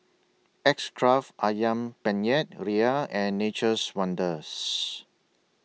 X Craft Ayam Penyet Ria and Nature's Wonders